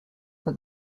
for